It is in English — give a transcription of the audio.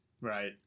Right